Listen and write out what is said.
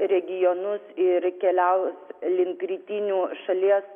regionus ir keliaus link rytinių šalies